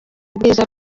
ubwiza